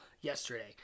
yesterday